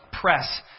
press